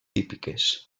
típiques